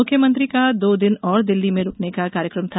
मुख्यमंत्री का दो दिन और दिल्ली में रूकने का कार्यक्रम था